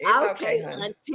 Okay